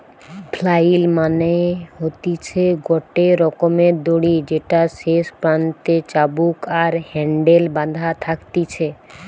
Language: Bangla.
ফ্লাইল মানে হতিছে গটে রকমের দড়ি যেটার শেষ প্রান্তে চাবুক আর হ্যান্ডেল বাধা থাকতিছে